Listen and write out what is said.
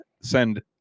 send